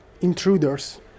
intruders